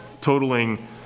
totaling